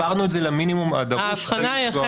העברנו את זה למינימום הדרוש כדי לא לפגוע באזרחי ישראל.